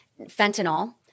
fentanyl